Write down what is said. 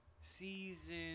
season